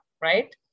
right